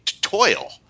toil